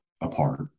apart